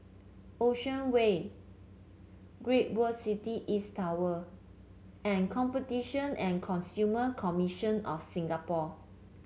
Ocean Way Great World City East Tower and Competition and Consumer Commission of Singapore